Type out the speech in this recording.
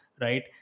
Right